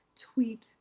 tweet